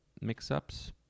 mix-ups